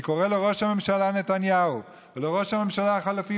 אני קורא לראש הממשלה נתניהו ולראש הממשלה החלופי